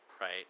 right